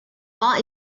war